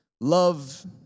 love